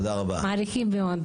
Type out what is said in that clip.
מעריכים מאוד.